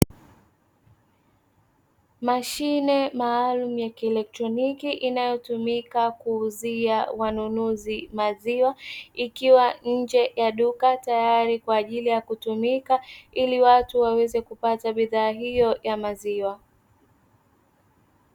Mashine maalumu ya kielektroniki inayotumika kuuzia wanunuzi maziwa, ikiwa tayari nje ya duka tayari kwa ajili ya kutumia, ili watu waweze kupata bidhaa hiyo ya maziwa.